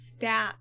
stats